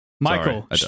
Michael